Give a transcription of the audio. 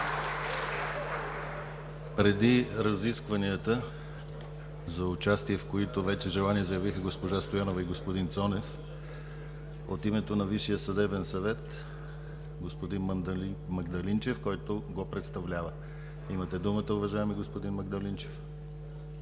Преди разискванията, в които вече желание за участие заявиха госпожа Стоянова и господин Цонев, от името на Висшия съдебен съвет – господин Магдалинчев, който го представлява. Имате думата, уважаеми господин Магдалинчев.